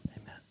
Amen